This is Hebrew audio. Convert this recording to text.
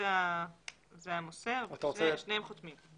שניהם חותמים.